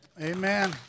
Amen